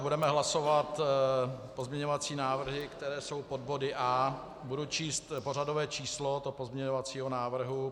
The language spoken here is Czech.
Budeme hlasovat pozměňovací návrhy, které jsou pod body A. Budu číst pořadové číslo toho pozměňovacího návrhu.